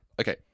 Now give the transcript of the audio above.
Okay